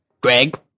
Greg